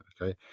Okay